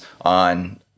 on